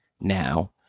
Now